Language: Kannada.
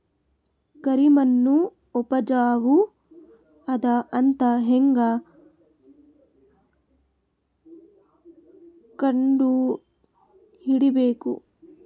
ಕರಿಮಣ್ಣು ಉಪಜಾವು ಅದ ಅಂತ ಹೇಂಗ ಕಂಡುಹಿಡಿಬೇಕು?